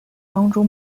当中